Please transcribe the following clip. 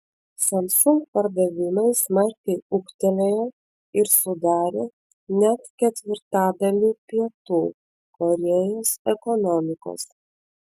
samsung pardavimai smarkiai ūgtelėjo ir sudarė net ketvirtadalį pietų korėjos ekonomikos